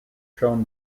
shown